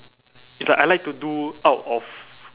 it's like I like to do out of